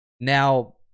Now